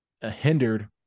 hindered